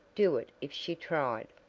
do it if she tried.